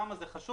למה זה חשוב?